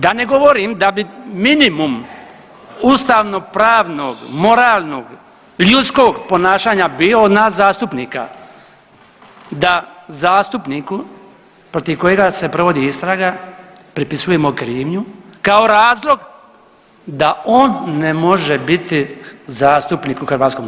Da ne govorim da bi minimum ustavnopravnog, moralnog, ljudskog ponašanja bio nas zastupnika da zastupniku protiv kojega se provodi istraga pripisujemo krivnju kao razlog da on ne može biti zastupnik u HS.